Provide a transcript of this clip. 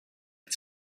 had